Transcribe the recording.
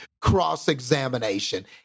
cross-examination